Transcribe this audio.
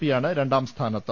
P യാണ് രണ്ടാംസ്ഥാനത്ത്